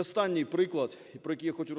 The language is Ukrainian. останній приклад, про який я хочу